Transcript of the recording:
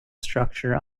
structure